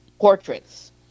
portraits